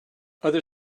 other